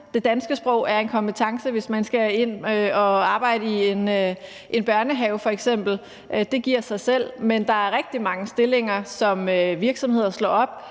Det danske sprog er en kompetence, hvis man skal ind og arbejde i en børnehave f.eks. Det giver sig selv. Men der er rigtig mange stillinger, som virksomheder slår op,